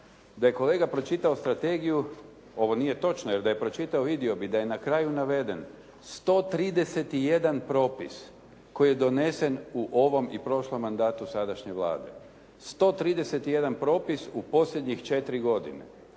Da je kolega pročitao strategiju, ovo nije točno. Jer da ju je pročitao vidio bi da je na kraju naveden 131 propis koji je donesen u ovom i prošlom mandatu sadašnje Vlade. 131 propis u posljednjih 4 godine.